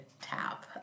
tap